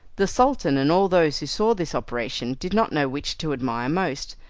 the sultan and all those who saw this operation did not know which to admire most,